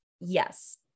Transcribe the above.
yes